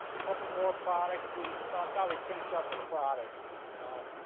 couple more products. we thought that we finish up with products, you know,